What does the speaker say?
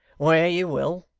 where you will